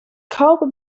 cover